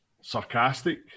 sarcastic